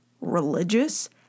religious